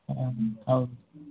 ಹೌದು